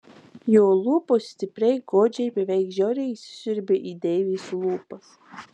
jo lūpos stipriai godžiai beveik žiauriai įsisiurbė į deivės lūpas